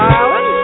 Island